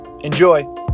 Enjoy